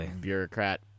bureaucrat